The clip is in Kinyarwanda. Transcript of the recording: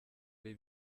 ari